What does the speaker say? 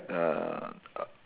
uh